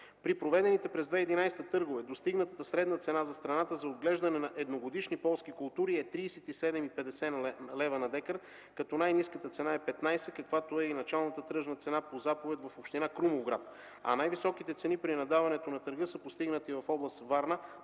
При проведените през 2011 г. търгове достигнатата средна цена за страната за отглеждане на едногодишни полски култури е 37,50 лева на декар, като най-ниската цена е 15, каквато е и началната тръжна цена по заповед в община Крумовград, а най-високите цени при наддаването на търга са постигнати в област Варна